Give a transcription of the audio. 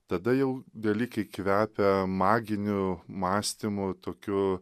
tada jau dalykai kvepia maginiu mąstymu tokiu